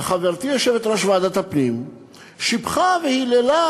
וחברתי יושבת-ראש ועדת הפנים שיבחה והיללה